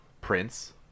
Prince